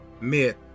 Myth